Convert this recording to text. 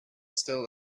still